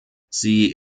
sie